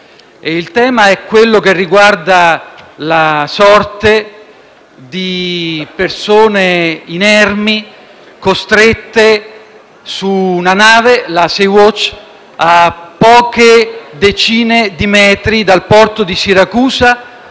Il tema è quello riguardante la sorte di persone inermi, costrette su una nave, la Sea-Watch 3, a poche decine di metri dal porto di Siracusa